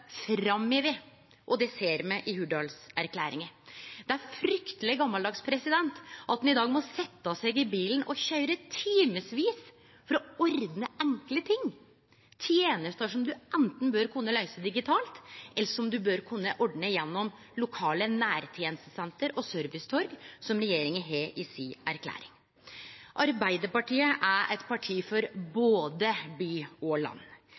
framover, og det ser me i Hurdalserklæringa. Det er frykteleg gamaldags at ein i dag må setje seg i bilen og køyre timevis for å ordne enkle ting, tenester som ein anten bør kunne løyse digitalt, eller som ein bør kunne ordne gjennom lokale nærtenestesenter og servicetorg, som regjeringa har i si erklæring. Arbeidarpartiet er eit parti for både by og land.